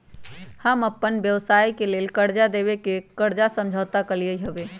हम अप्पन व्यवसाय के लेल कर्जा देबे से कर्जा समझौता कलियइ हबे